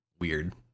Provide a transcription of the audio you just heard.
weird